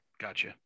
gotcha